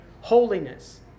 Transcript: holiness